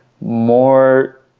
more